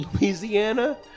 Louisiana